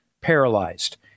paralyzed